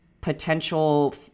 potential